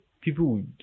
people